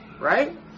right